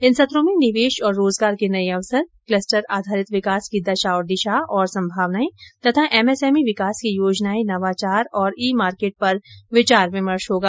इन सत्रों में निवेश और रोजगार के नए अवसर क्लस्टर आधारित विकास की दशा दिशा और संभावनाएं तथा एमएसएमई विकास की योजनाएं नवाचार और ई मार्केट पर विचार विमर्श होगा